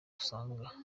usanga